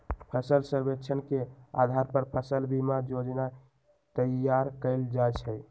फसल सर्वेक्षण के अधार पर फसल बीमा जोजना तइयार कएल जाइ छइ